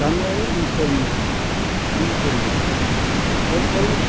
गामियारि ओनसोलनि सुबुंफोरनो सोरखारि